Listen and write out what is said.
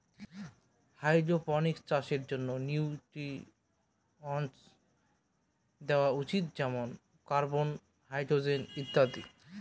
hydroponics চাষের জন্য nutrients দেওয়া উচিত যেমন কার্বন, হাইড্রজেন ইত্যাদি